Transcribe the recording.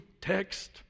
text